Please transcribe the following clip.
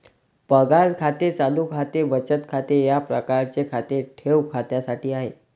पगार खाते चालू खाते बचत खाते या प्रकारचे खाते ठेव खात्यासाठी आहे